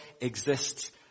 exists